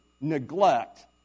neglect